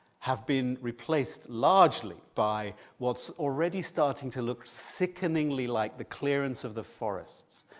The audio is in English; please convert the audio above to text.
have been replaced largely by what's already starting to look sickeningly like the clearance of the forests.